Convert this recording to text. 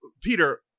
Peter